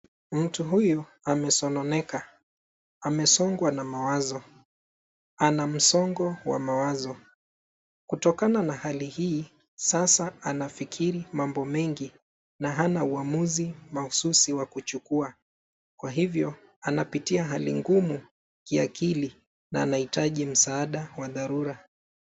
Mtu huyu amesononeka. Amesongwa na mawazo. Ana msongo wa mawazo .Kutokana na hali hii, sasa anafikiri mambo mengi na hana uamuzi mahusisi wa kuchukua. Kwa hivyo anapitia hali ngumu kiakili na anahitaji msaada wa dharura.